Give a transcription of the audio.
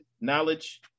knowledge